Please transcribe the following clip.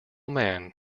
man